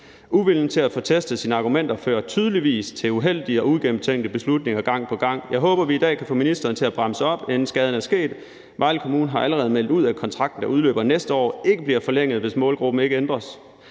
Uviljen til at få testet sine argumenter fører tydeligvis til uheldige og uigennemtænkte beslutninger gang på gang. Jeg håber, at vi i dag kan få ministeren til at bremse op, inden skaden er sket. Vejle Kommune har allerede meldt ud, at kontrakten, der udløber næste år, ikke bliver forlænget, hvis målgruppen ikke ændres.